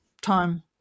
time